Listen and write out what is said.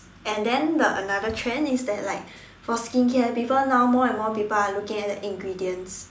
and then the another trend is that like for skin care people now more and more people are looking at the ingredients